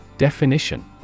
Definition